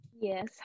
Yes